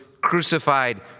crucified